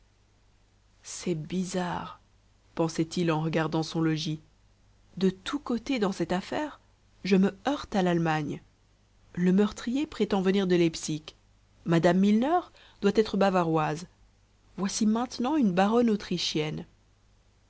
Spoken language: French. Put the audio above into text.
c'est bizarre pensait-il en regagnant son logis de tous côtés dans cette affaire je me heurte à l'allemagne le meurtrier prétend venir de leipzig mme milner doit être bavaroise voici maintenant une baronne autrichienne